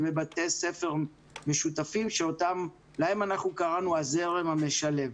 ובבתי-ספר משותפים להם אנחנו קראנו הזרם המשלב.